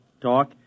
talk